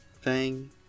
fang